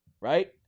right